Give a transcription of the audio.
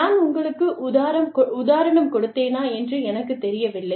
நான் உங்களுக்கு உதாரணம் கொடுத்தேனா என்று எனக்குத் தெரியவில்லை